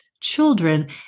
children